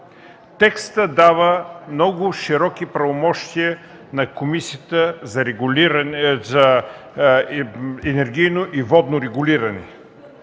текстът дава много широки правомощия на Комисията за енергийно и водно регулиране.